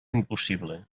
impossible